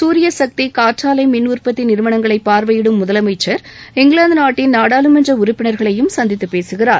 சூரியசக்தி காற்றாலை மின் உற்பத்தி நிறுவனங்களை பார்வையிடும் முதலமைச்சர் இங்கிலாந்து நாட்டின் நாடாளுமன்ற உறுப்பினர்களையும் சந்தித்து பேசுகிறார்